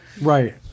Right